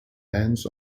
hands